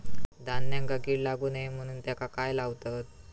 धान्यांका कीड लागू नये म्हणून त्याका काय लावतत?